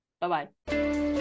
Bye-bye